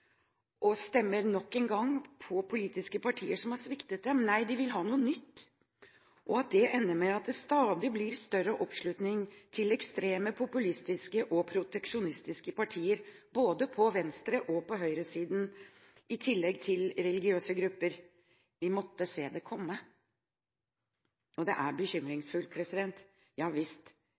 nok en gang å stemme på politiske partier som har sviktet dem. Nei, de vil ha noe nytt. At det ender med at det blir stadig større oppslutning om ekstreme populistiske og proteksjonistiske partier, både på venstresiden og på høyresiden, i tillegg til religiøse grupper, så vi måtte komme. Det er bekymringsfullt, ja visst, men det er